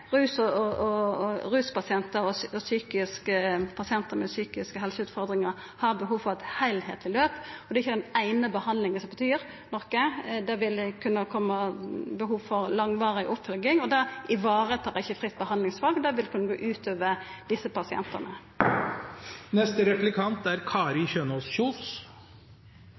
Ruspasientar og pasientar med psykisk helse-utfordringar har behov for eit heilskapleg løp: Det er ikkje den eine behandlinga som betyr noko; det vil kunna koma behov for langvarig oppfølging. Dette varetar ikkje fritt behandlingsval, og det vil kunna gå ut over desse pasientane. Representanten Toppe har i Bergens Tidende den 7. april en kronikk, og det er